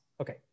Okay